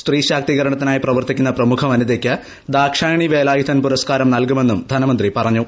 സ്തീ ശാക്തീകരണത്തിനായി പ്രവർത്തിക്കുന്ന പ്രമുഖവനിതക്ക് ദാക്ഷായണി വേലായുധൻ പുരസ്കാരം നൽകുമെന്നും ധനമന്ത്രി പറഞ്ഞു